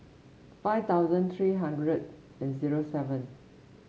five thousand three hundred and zero seven